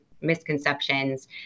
misconceptions